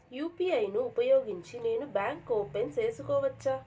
UPI ను ఉపయోగించి నేను బ్యాంకు ఓపెన్ సేసుకోవచ్చా?